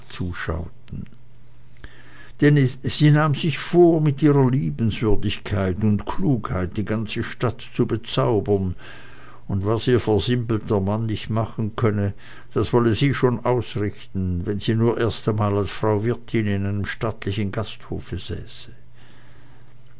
zuschauten denn sie nahm sich vor mit ihrer liebenswürdigkeit und klugheit die ganze stadt zu bezaubern und was ihr versimpelter mann nicht machen könne das wolle sie schon ausrichten wenn sie nur erst einmal als frau wirtin in einem stattlichen gasthofe